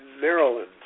Maryland